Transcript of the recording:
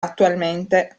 attualmente